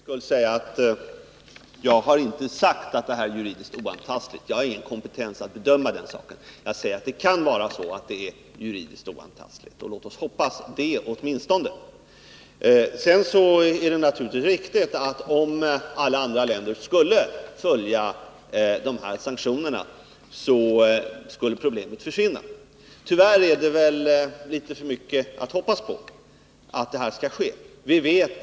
Herr talman! Jag vill för säkerhets skull säga att jag inte har gjort gällande att det här är juridiskt oantastligt. Jag har ingen kompetens att bedöma det. Jag säger att det kan vara så att det är juridiskt oantastligt. Låt oss hoppas det åtminstone. Det är naturligtvis riktigt att om alla andra länder skulle följa FN:s resolutioner skulle problemet försvinna. Tyvärr är det väl litet för mycket att hoppas att detta skall ske.